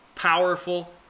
Powerful